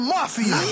Mafia